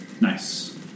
nice